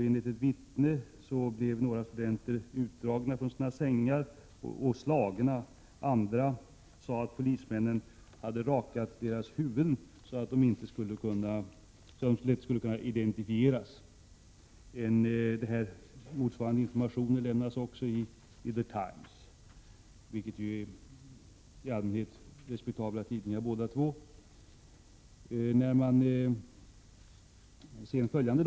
Enligt ett vittne blev några studenter utdragna från sina sängar och slagna. Andra sade att polismännen hade rakat deras huvuden, så att de inte skulle kunna identifieras. Motsvarande informationer lämnas också i The Times, och dessa tidningar är ju respektabla båda två.